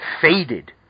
faded